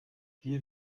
wir